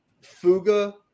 Fuga